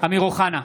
אמיר אוחנה,